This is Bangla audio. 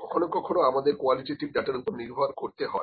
কখনো কখনো আমাদের কোয়ালিটেটিভ ডাটার ওপরে নির্ভর করতে হয়